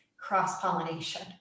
cross-pollination